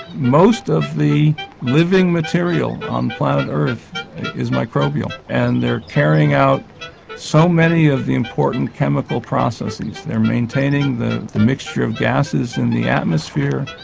most of the living material on earth is microbial and they are carrying out so many of the important chemical processes, they are maintaining the the mixture of gases in the atmosphere,